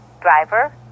driver